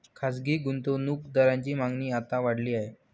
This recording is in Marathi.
खासगी गुंतवणूक दारांची मागणी आता वाढली आहे